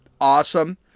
awesome